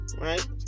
right